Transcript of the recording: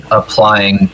applying